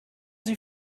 sie